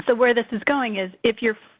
so where this is going is, if you're.